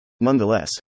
Nonetheless